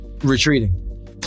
retreating